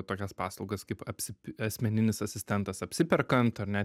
tokios paslaugas kaip apsi asmeninis asistentas apsiperkant ar ne